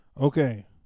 Okay